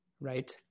right